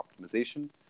optimization